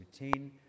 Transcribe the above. routine